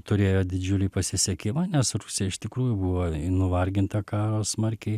turėjo didžiulį pasisekimą nes rusija iš tikrųjų buvo nuvarginta karo smarkiai